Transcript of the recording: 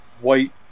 White